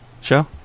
show